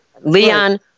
Leon